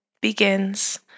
begins